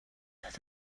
that